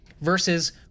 versus